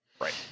Right